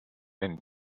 and